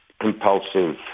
compulsive